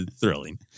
thrilling